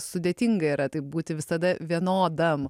sudėtinga yra taip būti visada vienodam